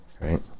right